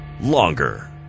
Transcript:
Longer